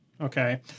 Okay